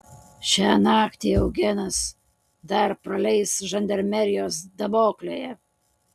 šią naktį eugenas dar praleis žandarmerijos daboklėje